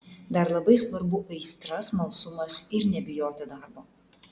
dar labai svarbu aistra smalsumas ir nebijoti darbo